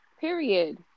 period